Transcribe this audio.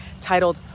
titled